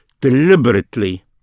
deliberately